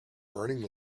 burning